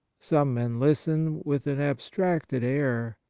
some men listen with an abstracted air,